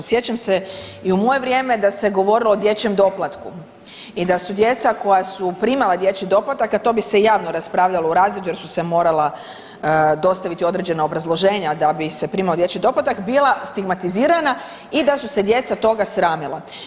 Sjećam se i u moje vrijeme da se govorilo o dječjem doplatku i da su djeca koja su primala dječji doplatak, a to bi se i javno raspravljalo u razredu jer su se morala dostaviti određena obrazloženja da bi se primao dječji doplatak bila stigmatizirana i da su se djeca toga sramila.